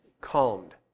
calmed